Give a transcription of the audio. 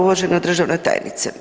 Uvažena državna tajnice.